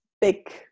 big